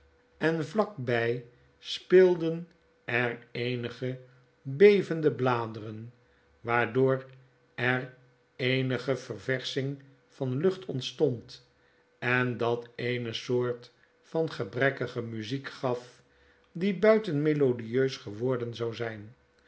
en vlak by speelden er eenige bevende bladeren waardoor er eenige verversching van lucht ontstond en dat eene soort van gebrekkige muziek gaf die buiten melodieus geworden zou zyn